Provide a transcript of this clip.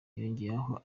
yongeyeho